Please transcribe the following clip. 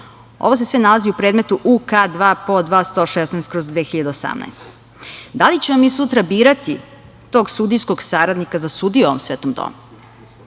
Ovo se sve nalazi u predmetu UK2PO2-116/2018. Da li ćemo mi sutra birati tog sudijskog saradnika za sudiju u ovom svetom domu? Ovo